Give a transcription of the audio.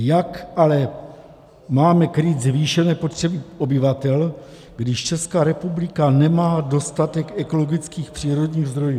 Jak ale máme krýt zvýšené potřeby obyvatel, když Česká republika nemá dostatek ekologických přírodních zdrojů?